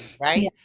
right